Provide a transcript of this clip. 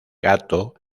gato